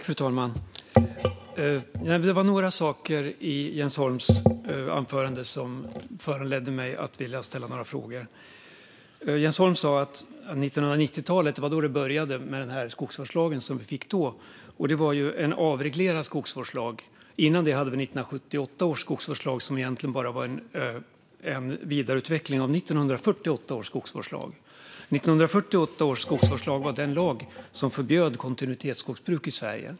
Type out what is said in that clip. Fru talman! Det var några saker i Jens Holms anförande som föranledde mig att vilja ställa några frågor. Jens Holm sa att det började med skogsvårdslagen på 1990-talet. Det var en avreglerad skogsvårdslag. Innan dess hade vi 1978 års skogsvårdslag, som egentligen bara var en vidareutveckling av 1948 års skogsvårdslag. 1948 års skogsvårdslag var den lag som förbjöd kontinuitetsskogsbruk i Sverige.